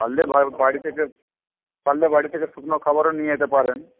পারলে বাড়ি থেকে পারলে বাড়ি থেকে শুকনো খাবারও নিয়ে যেতে পারেন